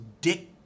Dick